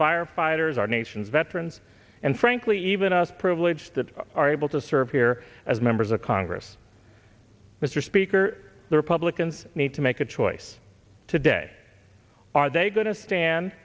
firefighters our nation's veterans and frankly even us privileged that are able to serve here as members of congress mr speaker the republicans need to make a choice today are they going to stand